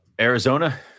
Arizona